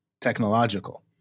technological